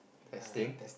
testing